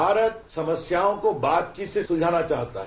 भारत समस्याओं को बातचीत से सुलझाना चाहता है